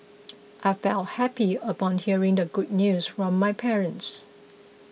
I felt happy upon hearing the good news from my parents